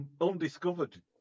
undiscovered